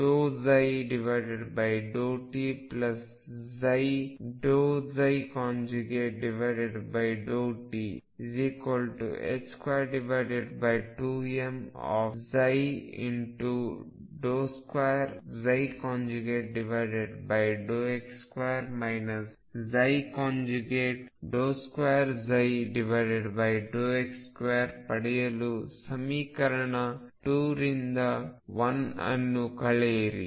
iℏ∂ψ ∂tψ∂t22m2x2 2x2 ಪಡೆಯಲು ಸಮೀಕರಣ 2 ರಿಂದ 1 ಅನ್ನು ಕಳೆಯಿರಿ